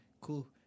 Cool